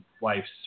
wife's